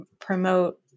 promote